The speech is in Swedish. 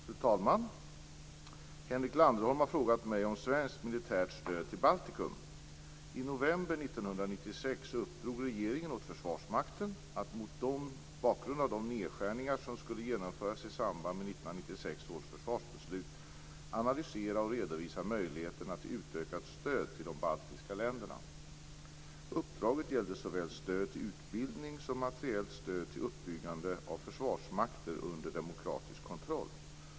Fru talman! Henrik Landerholm har frågat mig om svenskt militärt stöd till Baltikum. I november 1996 uppdrog regeringen åt Försvarsmakten att mot bakgrund av de nedskärningar som skulle genomföras i samband med 1996 års försvarsbeslut analysera och redovisa möjligheterna till utökat stöd till de baltiska länderna. Uppdraget gällde såväl stöd till utbildning som materiellt stöd till uppbyggnad av försvarsmakter under demokratisk kontroll.